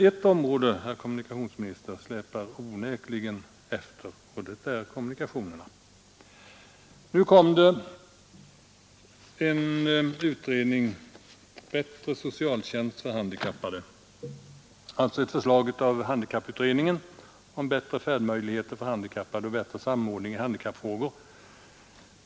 Ett område, herr kommunikationsminister, släpar onekligen ändå efter, och det är kommunikationerna År 1970 kom det betänkande, Bättre socialtjänst för handikappade, som innehöll ett förslag från handikapputredningen om bättre färdmöjligheter för handikappade och bättre samordning i handikappfrågor.